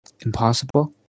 impossible